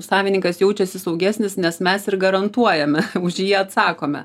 savininkas jaučiasi saugesnis nes mes ir garantuojame už jį atsakome